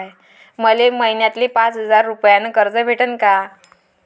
मले महिन्याले पाच हजार रुपयानं कर्ज भेटन का?